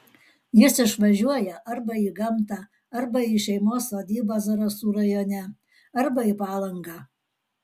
jis išvažiuoja arba į gamtą arba į šeimos sodybą zarasų rajone arba į palangą